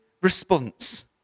response